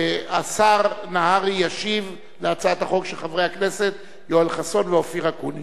השר נהרי ישיב על הצעת החוק של חברי הכנסת יואל חסון ואופיר אקוניס.